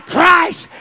Christ